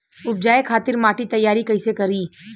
उपजाये खातिर माटी तैयारी कइसे करी?